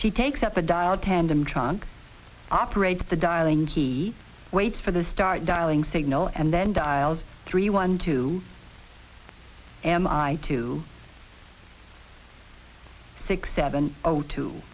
she takes up the dial tandem trunk operates the dialing he waits for the start dialing signal and then dials three one two and i two six seven zero two